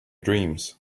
dreams